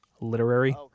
literary